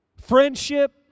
Friendship